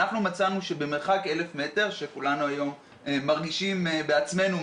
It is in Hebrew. אנחנו צריכים עכשיו להעביר גם את איסור הטעמים.